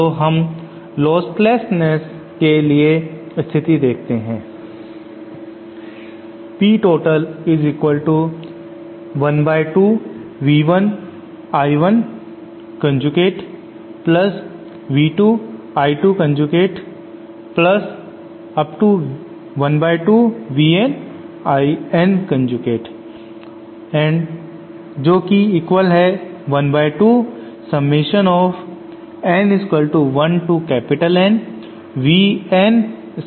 अब हम लॉस्टनेस के लिए स्थिति देखते हैं